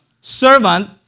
servant